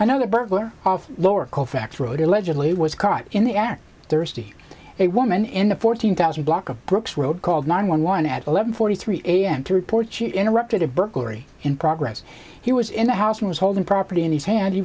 another burglar lower cofactor road allegedly was caught in the act thursday a woman in the fourteen thousand block of brooks road called nine one one at eleven forty three a m to report she interrupted a burglary in progress he was in the house and was holding property in his hand he